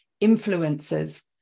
influences